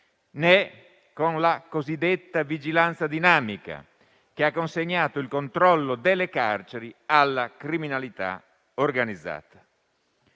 né con la cosiddetta vigilanza dinamica, che ha consegnato il controllo delle carceri alla criminalità organizzata.